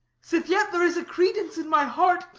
sith yet there is a credence in my heart,